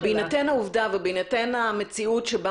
אבל בהינתן העובדה ובהינתן המציאות שבה